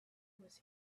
was